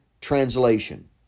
translation